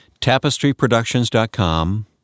TapestryProductions.com